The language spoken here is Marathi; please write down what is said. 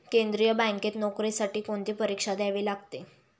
केंद्रीय बँकेत नोकरीसाठी कोणती परीक्षा द्यावी लागते?